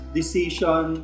decision